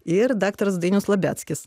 ir daktaras dainius labeckis